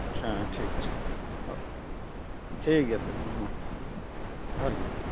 ᱦᱮᱸ ᱴᱷᱤᱠ ᱴᱷᱤᱠ ᱴᱷᱤᱠ ᱜᱮᱭᱟ ᱛᱚᱵᱮ ᱦᱮᱸ ᱢᱟ ᱡᱚᱦᱟᱨᱜᱮ